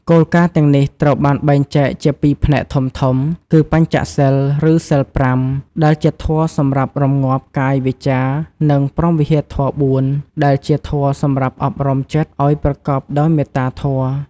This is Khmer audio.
គោលការណ៍ទាំងនេះត្រូវបានបែងចែកជាពីរផ្នែកធំៗ គឺ បញ្ចសីល ឬ សីល ៥ ដែលជាធម៌សម្រាប់រម្ងាប់កាយ វាចា និង ព្រហ្មវិហារធម៌ ៤ ដែលជាធម៌សម្រាប់អប់រំចិត្តឲ្យប្រកបដោយមេត្តាធម៌។